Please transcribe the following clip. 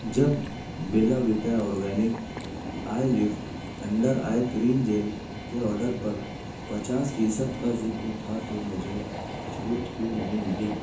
جب Bella Vita organic eye lift and eye cream gel کے order پر پچاس فیصد کا ذکر تھا تو مجھے چھوٹ کیوں نہیں ملی